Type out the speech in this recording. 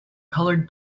colored